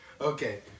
Okay